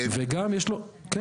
וגם יש לו --- היא קיימת היום?